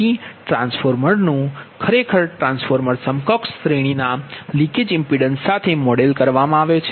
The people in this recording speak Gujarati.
તેથી ટ્રાન્સફોર્મર નુ ખરેખર ટ્રાન્સફોર્મર સમકક્ષ શ્રેણીના લિકેજ ઇમ્પિડન્સ સાથે મોડેલ કરવામાં આવે છે